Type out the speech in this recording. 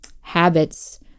habits